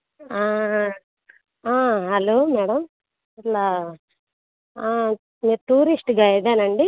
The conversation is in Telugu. హలో మేడం ఇలా మీరు టూరిస్ట్ గైడేనండి